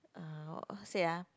uh how say ah